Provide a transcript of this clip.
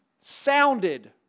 sounded